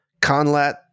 Conlat